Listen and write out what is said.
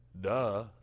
Duh